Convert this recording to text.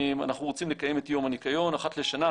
אנחנו רוצים לקיים את הניקיון אחת לשנה.